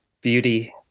beauty